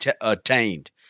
attained